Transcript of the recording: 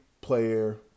player